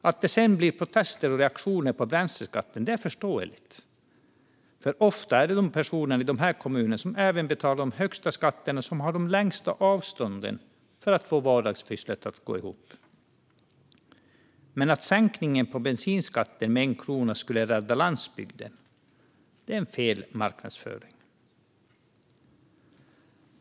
Att det sedan blir protester och reaktioner på bränsleskatten är förståeligt. Ofta är det ju personer i de här kommunerna som betalar de högsta skatterna som också har de längsta avstånden för att få vardagspusslet att gå ihop. Att en sänkning av bensinskatten med 1 krona skulle rädda landsbygden är dock en felaktig marknadsföring.